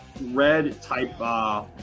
red-type